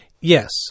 yes